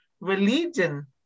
religion